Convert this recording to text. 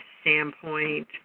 standpoint